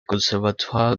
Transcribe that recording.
conservatoire